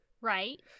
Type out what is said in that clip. right